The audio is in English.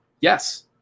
Yes